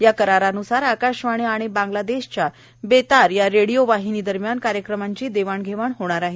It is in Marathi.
या करारानुसार आकाशवाणी आणि बांग्लादेशच्या बेतार या रेडिओ वाहिणी दरम्यान कार्यक्रमांची देवाण घेवाण होणार आहे